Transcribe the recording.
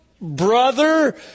brother